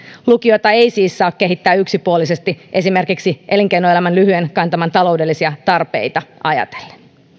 lukiota ei siis saa kehittää yksipuolisesti esimerkiksi elinkeinoelämän lyhyen kantaman taloudellisia tarpeita ajatellen